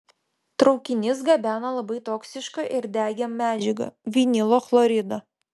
traukinys gabeno labai toksišką ir degią medžiagą vinilo chloridą